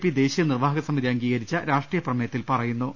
P ദേശീയ നിർവാഹക സമിതി അംഗീകരിച്ച രാഷ്ട്രീയ പ്രമേയത്തിൽ പറയു ന്നു